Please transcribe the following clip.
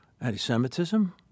anti-Semitism